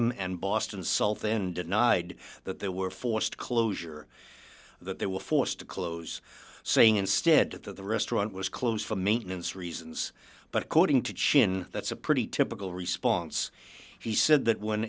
am and boston salt then denied that they were forced closure that they were forced to close saying instead that the restaurant was closed for maintenance reasons but according to chine that's a pretty typical response he said that when